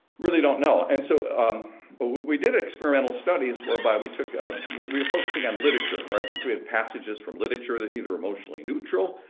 really don't know. and so um but we did experimental studies, whereby we took a we're focusing on literature. right. and so we had passages from literature that either emotionally neutral.